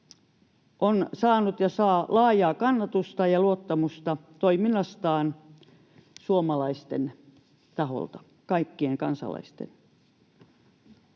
on saanut ja saa laajaa kannatusta ja luottamusta toiminnastaan suomalaisten taholta, kaikkien kansalaisten.